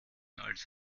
als